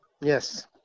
Yes